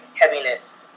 heaviness